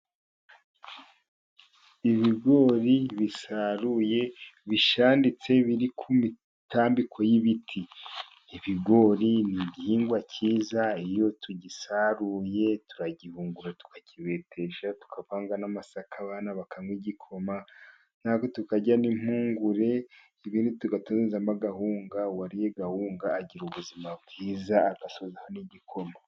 Ibigori bisaruye bishanditse biri ku mitambiko y'ibiti. Ibigori ni igihingwa cyiza, iyo tugisaruye turagihungura tukakibetesha, tukavanga n'amasaka abana bakaywa igikoma, na twe tukarya n'impungure. Ibindi tugatonozamo akawunga. Uwariye akawunga agira ubuzima bwiza, agasozaho n'igikoma.